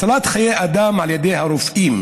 הצלת חיי אדם על ידי הרופאים,